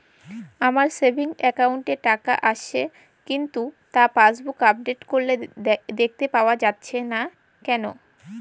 আমার savings account এ টাকা আসছে কিন্তু তা পাসবুক আপডেট করলে দেখতে পাওয়া যাচ্ছে না কেন?